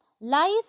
lies